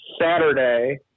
saturday